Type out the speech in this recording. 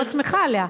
מאוד שמחה עליה.